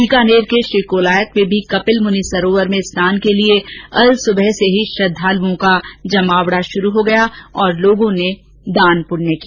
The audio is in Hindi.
बीकानेर के श्रीकोलायत में भी कपिल मुनि सरोवर मे स्नान के लिये अलसुबह से ही श्रद्वालुओं का जमावड़ा शुरू हो गया और लोगों ने दान पुण्य किया